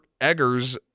Eggers